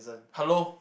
hello